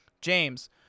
James